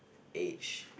age